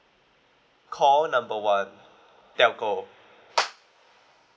call number one telco